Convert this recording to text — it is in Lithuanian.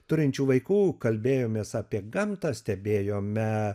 turinčių vaikų kalbėjomės apie gamtą stebėjome